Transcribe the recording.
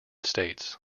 states